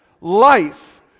Life